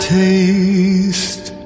taste